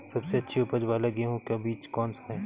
सबसे अच्छी उपज वाला गेहूँ का बीज कौन सा है?